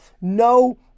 no